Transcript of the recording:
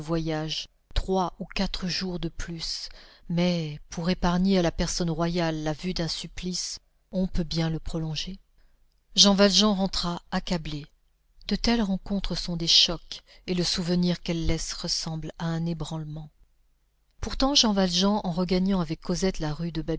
voyage trois ou quatre jours de plus mais pour épargner à la personne royale la vue d'un supplice on peut bien le prolonger jean valjean rentra accablé de telles rencontres sont des chocs et le souvenir qu'elles laissent ressemble à un ébranlement pourtant jean valjean en regagnant avec cosette la rue de